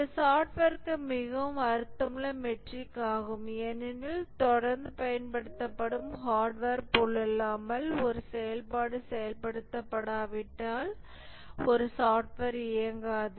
இது சாப்ட்வேர்க்கு மிகவும் அர்த்தமுள்ள மெட்ரிக் ஆகும் ஏனெனில் தொடர்ந்து பயன்படுத்தப்படும் ஹார்ட்வேர் போலல்லாமல் ஒரு செயல்பாடு செயல்படுத்தப்படாவிட்டால் ஒரு சாப்ட்வேர் இயங்காது